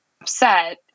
upset